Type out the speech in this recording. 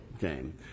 game